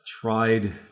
tried